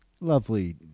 lovely